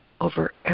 over